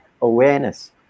awareness